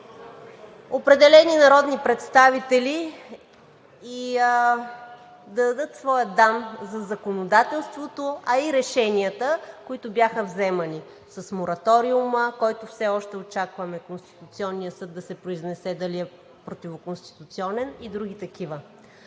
определени народни представители – да дадат своята дан за законодателството, а и решенията, които бяха вземани – с мораториума, по който все още очакваме Конституционният съд да се произнесе – дали е противоконституционен, и други такива.